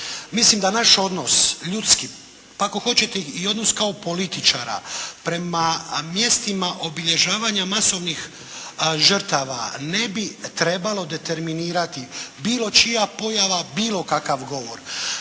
Mislim da naš odnos ljudski, pa ako hoćete i odnos kao političara prema mjestima obilježavanja masovnih žrtava ne bi trebalo determinirati bilo čija pojava, bilo kakav govor.